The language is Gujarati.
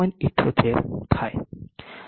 78 થાય